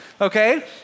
okay